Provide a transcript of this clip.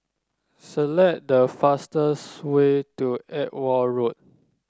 select the fastest way to Edgware Road